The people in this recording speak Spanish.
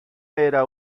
era